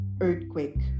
earthquake